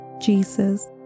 Jesus